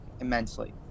immensely